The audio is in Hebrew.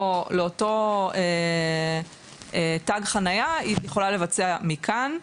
לאותו תג חניה היא יכולה לבצע מכאן,